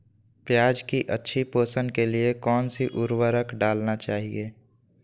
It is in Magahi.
प्याज की अच्छी पोषण के लिए कौन सी उर्वरक डालना चाइए?